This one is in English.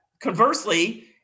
conversely